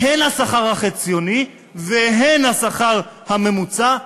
הן השכר החציוני והן השכר הממוצע עלו.